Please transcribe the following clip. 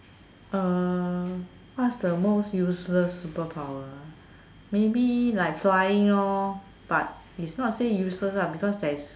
uh what is the most useless superpower maybe like flying lor but is not say useless lah because there is